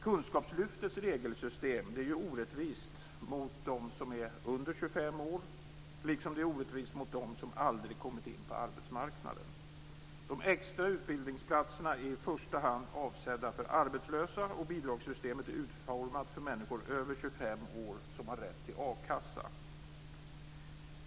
Kunskapslyftets regelsystem är orättvist mot dem som är under 25 år, liksom det är orättvist mot dem som aldrig kommit in på arbetsmarknaden. De extra utbildningsplatserna är i första hand avsedda för arbetslösa, och bidragssystemet är utformat för människor över 25 år som har rätt till a-kassa.